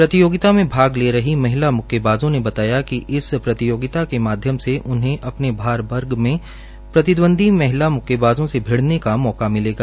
प्रतियोगिता में भाग ले रही महिला म्क्केबाजों ने बताया कि इस प्रतियोगिता के माध्यम से उन्हे अपने भार वर्ग में प्रतिदवंदी महिला म्क्केबाजों से भिडऩे का मौका मिलेगा